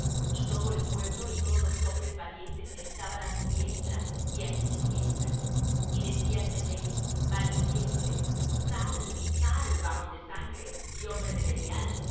y todo el pueblo y todos los hombres valientes estaban á su diestra y á su siniestra y decía semei maldiciéndole sal sal varón de sangres y hombre de belial